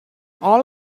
all